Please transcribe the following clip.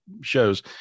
shows